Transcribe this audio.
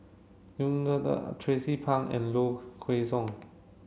Yuen Tracie Pang and Low Kway Song